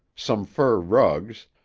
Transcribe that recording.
some fur rugs,